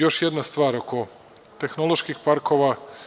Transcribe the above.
Još jedna stvar oko tehnoloških parkova.